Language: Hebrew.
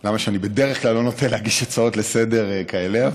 הסיבה שבדרך כלל אני לא נוטה להגיש הצעות לסדר-היום כאלה,